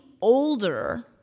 older